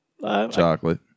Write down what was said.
Chocolate